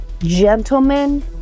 Gentlemen